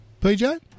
PJ